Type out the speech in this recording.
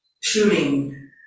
shooting